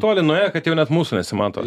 toli nuėję kad jau net mūsų nesimato